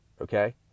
Okay